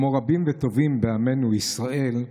כמו רבים וטובים בעמנו ישראל,